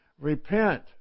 Repent